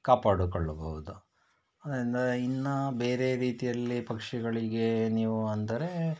ಕಾಪಾಡಿಕೊಳ್ಳಬಹುದು ಅದು ಇನ್ನು ಬೇರೆ ರೀತಿಯಲ್ಲಿ ಪಕ್ಷಿಗಳಿಗೆ ನೀವು ಅಂದರೆ